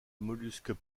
mollusques